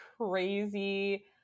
crazy